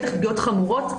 בטח פגיעות חמורות,